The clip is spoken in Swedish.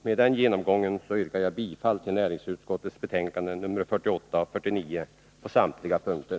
Med den genomgången yrkar jag bifall till hemställan i näringsutskottets betänkanden nr 48 och 49 på samtliga punkter.